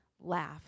laugh